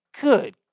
good